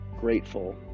grateful